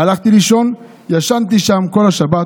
הלכתי לישון, ישנתי שם כל השבת.